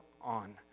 on